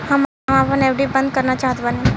हम आपन एफ.डी बंद करना चाहत बानी